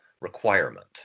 requirement